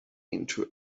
into